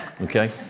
Okay